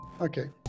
Okay